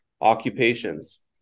occupations